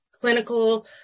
clinical